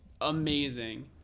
amazing